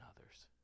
others